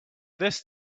this